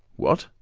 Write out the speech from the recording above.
what!